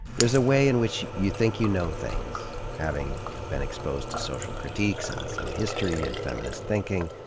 there's a way in which you think you know things, having been exposed to social critiques and some history and feminist thinking.